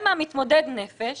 מפגוע הנפש